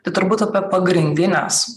tai turbūt apie pagrindines